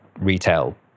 retail